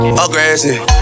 aggressive